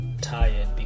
tired